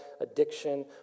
addiction